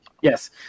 Yes